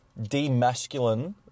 demasculine